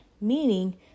meaning